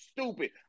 stupid